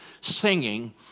singing